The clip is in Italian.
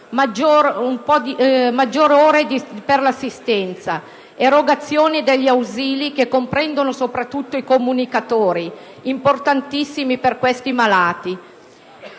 di ore per l'assistenza; erogazioni degli ausili, soprattutto dei comunicatori, importantissimi per questi malati.